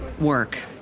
work